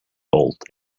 old